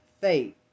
faith